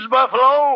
Buffalo